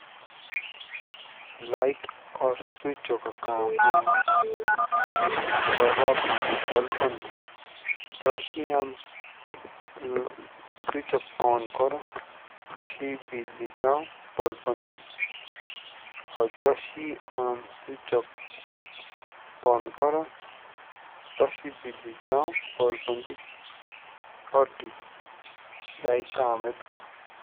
लाइट और स्विचो का काम हो बिजली प्रवाह करनी बल्ब पो दी। जो शे आम स्विच ओन करो त्सी बिजली जाओ बल्ब पो दी। जो शे आम स्विच बंद करो त्सी बिजली जाओ हते यह हे काम एतका।